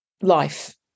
life